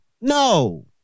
No